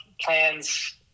plans